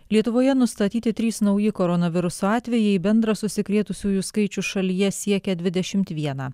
lietuvoje nustatyti trys nauji koronaviruso atvejai bendras užsikrėtusiųjų skaičius šalyje siekia dvidešimt vieną